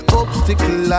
obstacle